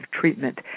treatment